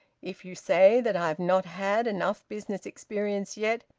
if you say that i have not had enough business experience yet,